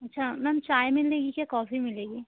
अच्छा मेम चाय मिलेगी क्या कॉफी मिलेगी